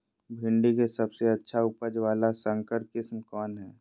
भिंडी के सबसे अच्छा उपज वाला संकर किस्म कौन है?